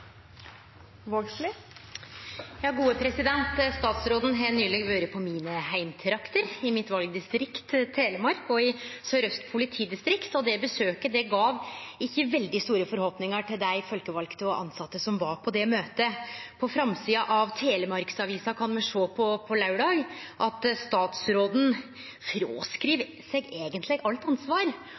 Statsråden har nyleg vore i mine heimtrakter, i mitt valdistrikt, Telemark, og i Sør-Aust politidistrikt, og det besøket gav ikkje veldig store forhåpningar til dei folkevalde og tilsette som var på det møtet. På framsida av Telemarksavisa kunne me på laurdag sjå at statsråden eigentleg fråskriv seg alt ansvar,